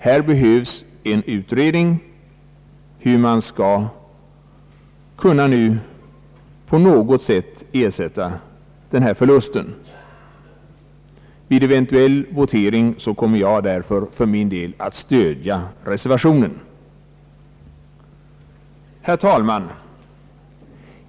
Här behövs en utredning om hur man nu på något sätt skall kunna kompensera denna försämring. Vid en eventuell votering kommer jag därför att stödja reservationen. Herr talman!